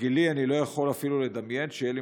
בגילי אני לא יכול אפילו לדמיין שיהיה לי